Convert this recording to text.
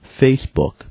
Facebook